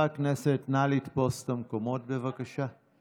חברי הכנסת, נא לתפוס את המקומות, בבקשה.